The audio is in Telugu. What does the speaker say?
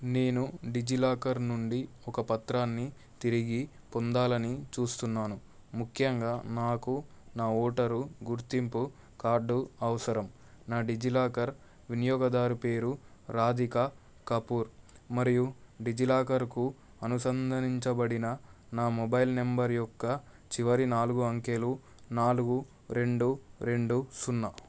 నేను డిజిలాకర్ నుండి ఒక పత్రాన్ని తిరిగి పొందాలని చూస్తున్నాను ముఖ్యంగా నాకు నా ఓటరు గుర్తింపు కార్డు అవసరం నా డిజిలాకర్ వినియోగదారు పేరు రాధిక కపూర్ మరియు డిజిలాకర్కు అనుసంధానించబడిన నా మొబైల్ నంబర్ యొక్క చివరి నాలుగు అంకెలు నాలుగు రెండు రెండు సున్నా